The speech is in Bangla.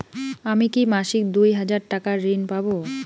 আমি কি মাসিক দুই হাজার টাকার ঋণ পাব?